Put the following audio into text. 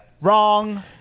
Wrong